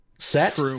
set